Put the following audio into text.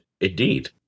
Indeed